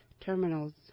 Terminals